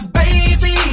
baby